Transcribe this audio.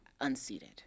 unseated